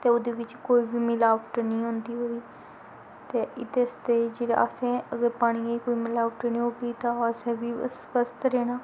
ते ओह्दे बिच्च कोई बी मलाबट निं होंदी होई ते एह्दे आस्तै जे असें अगर पानियै च कोई मलाबट निं होग्गी तां असें बी स्वस्थ रैह्ना